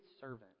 servant